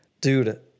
Dude